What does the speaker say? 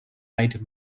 eyed